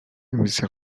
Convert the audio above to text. musiciens